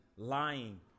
Lying